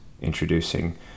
introducing